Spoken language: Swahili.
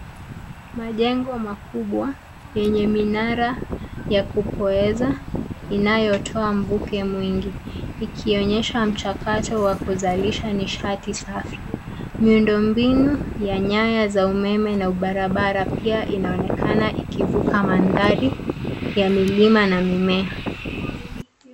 Majengo makubwa yenye minara ya kupoeza inayo toa mvuke mwingi ikionyesha mchakato wa kuzalisha nishati safi . Miundo mbinu ya nyaya za umeme na ubarabara pia inaonekana ikivuka mandhari ya milima na mimea.